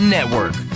Network